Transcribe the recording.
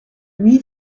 lui